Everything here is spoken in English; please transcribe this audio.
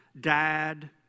Dad